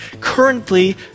Currently